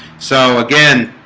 so again